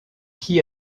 qui